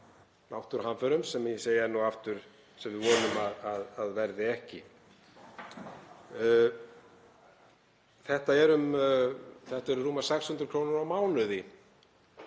náttúruhamförum, sem ég segi enn og aftur að við vonum að verði ekki. Þetta eru rúmar 600 kr. á mánuði,